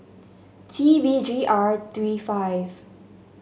T B G R three five